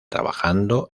trabajando